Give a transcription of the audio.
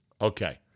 Okay